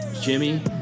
Jimmy